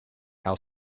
our